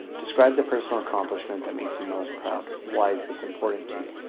describe the personal accomplishment that makes you most proud. why is this important to you?